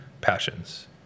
passions